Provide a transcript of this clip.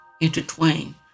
intertwine